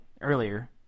earlier